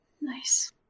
Nice